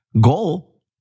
goal